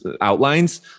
outlines